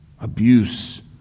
abuse